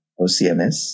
OCMS